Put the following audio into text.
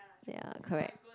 ya correct